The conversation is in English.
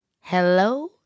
Hello